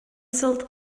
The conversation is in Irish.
sult